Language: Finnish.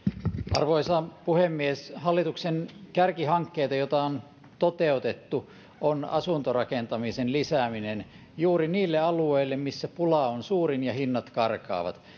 arvoisa puhemies hallituksen kärkihankkeita joita on toteutettu on asuntorakentamisen lisääminen juuri niille alueille missä pula on suurin ja hinnat karkaavat